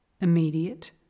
immediate